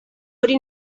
hori